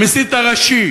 המסית הראשי,